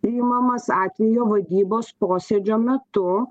priimamas atvejo vadybos posėdžio metu